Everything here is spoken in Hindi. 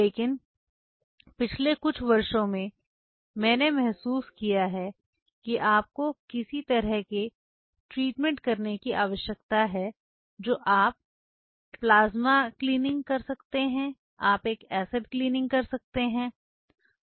लेकिन पिछले कुछ वर्षों में मैंने महसूस किया है कि आपको किसी तरह का उपचार करने की आवश्यकता है जो आप प्लाज्मा सफाई कर सकते हैं आप एक एसिड सफाई कर सकते हैं